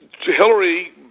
Hillary